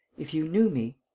if you knew me.